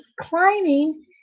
climbing